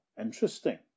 Interesting